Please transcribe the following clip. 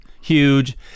huge